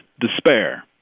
despair